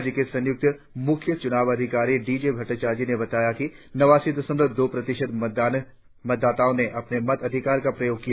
राज्य के संयुक्त मुख्य चुनाव अधिकारी डी जे भट्टाचार्य ने बताया है कि नवासी दशमलव दो प्रतिशत मतदाताओं ने अपने मताधिकार का प्रयोग किया